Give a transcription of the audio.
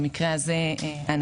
במקרה הזה הנשיא.